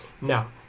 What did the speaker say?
now